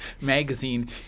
magazine